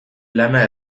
lana